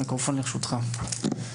מיקרופון לרשותך.